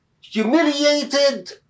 humiliated